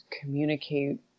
communicate